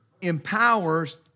empowers